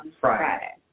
Friday